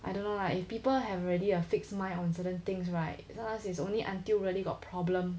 I don't know lah if people have already a fixed mind on certain things right sometimes it's only until really got problem